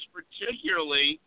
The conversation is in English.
particularly